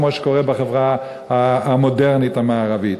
כמו שקורה בחברה המודרנית המערבית.